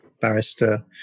barrister